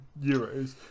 euros